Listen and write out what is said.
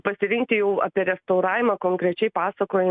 pasirinkti jau apie restauravimą konkrečiai pasakoja